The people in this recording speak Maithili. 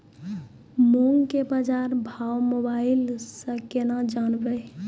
मूंग के बाजार भाव मोबाइल से के ना जान ब?